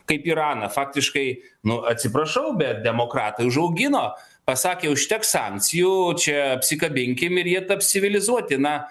kaip iraną faktiškai nu atsiprašau bet demokratai užaugino pasakė užteks sankcijų čia apsikabinkim ir jie taps civilizuoti na